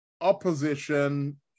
opposition